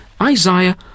Isaiah